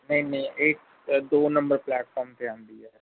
ਨਹੀਂ ਨਹੀਂ ਇਹ ਅ ਦੋ ਨੰਬਰ ਪਲੈਟਫੋਰਮ 'ਤੇ ਆਉਂਦੀ ਹੈ